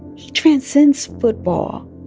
he transcends football.